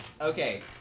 okay